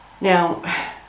now